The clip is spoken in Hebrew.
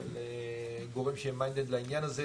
של גורם שבתוך זה לעניין הזה,